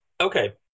Okay